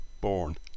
born